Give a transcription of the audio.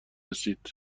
رسید